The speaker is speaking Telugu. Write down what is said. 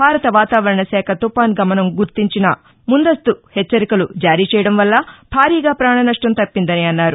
భారత వాతావరణ శాఖ తుఫాన్ గమనం గురించిన ముందస్తు హెచ్చరికలు జారీ చేయడం వల్ల భారీగా ప్రాణ నష్టం తప్పిందని అన్నారు